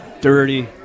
dirty